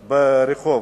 ברחוב.